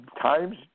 times